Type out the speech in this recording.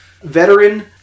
veteran